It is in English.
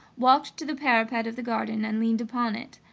walked to the parapet of the garden and leaned upon it,